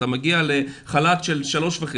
אתה מגיע לחל"ת של 3,500,